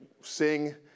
sing